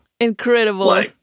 Incredible